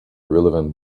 relevant